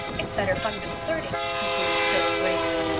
it's better fun than flirting, concluded phil gravely.